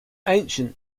ancient